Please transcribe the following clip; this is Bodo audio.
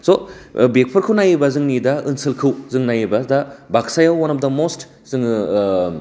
स' बेफोरखौ नायोबा जोंनि दा ओनसोलखौ नायोबा दा बागसायाव अवान अप डा मस्ट जोङो